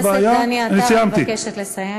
חבר הכנסת דני עטר, אני מבקשת לסיים.